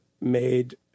made